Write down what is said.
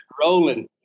rolling